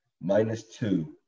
minus-two